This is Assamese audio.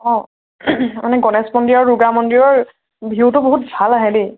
অঁ মানে গণেশ মন্দিৰ আৰু দুৰ্গা মন্দিৰৰ ভিউটো বহুত ভাল আহে দেই